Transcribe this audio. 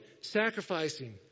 sacrificing